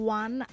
one